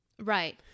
Right